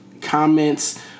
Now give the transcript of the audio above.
comments